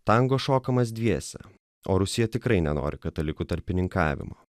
tango šokamas dviese o rusija tikrai nenori katalikų tarpininkavimą